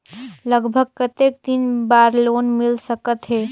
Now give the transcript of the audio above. लगभग कतेक दिन बार लोन मिल सकत हे?